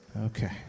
Okay